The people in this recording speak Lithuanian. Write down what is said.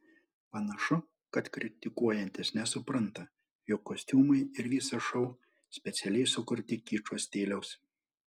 panašu kad kritikuojantys nesupranta jog kostiumai ir visas šou specialiai sukurti kičo stiliaus